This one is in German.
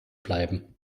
bleiben